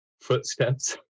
footsteps